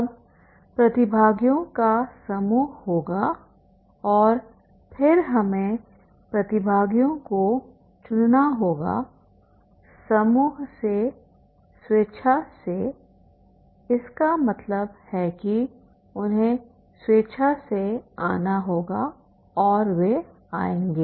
अब प्रतिभागियों का समूह होगा और फिर हमें प्रतिभागियों को चुनना होगासमूह से स्वेच्छा से इसका मतलब है कि उन्हें स्वेच्छा से आना होगा और वे आएंगे